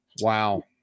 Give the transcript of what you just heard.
wow